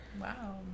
wow